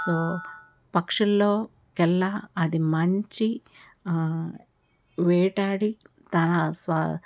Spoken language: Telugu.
సో పక్షుల్లోకెల్లా అది మంచి వేటాడి తన స్వ